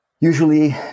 Usually